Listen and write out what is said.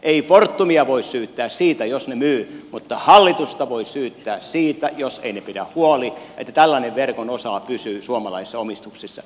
ei fortumia voi syyttää siitä jos se myy mutta hallitusta voi syyttää siitä jos se ei pidä huolta että tällainen verkon osa pysyy suomalaisessa omistuksessa